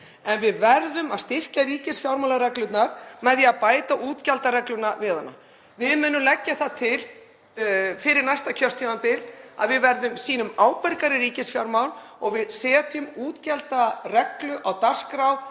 En við verðum að styrkja ríkisfjármálaregluna með því að bæta útgjaldareglunni við hana. Við munum leggja það til fyrir næsta kjörtímabil að við sýnum ábyrgari ríkisfjármál og að við setjum útgjaldareglu á dagskrá